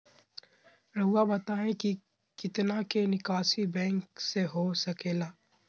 रहुआ बताइं कि कितना के निकासी बैंक से हो सके ला?